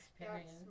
experience